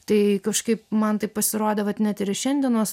tai kažkaip man taip pasirodė vat net ir šiandienos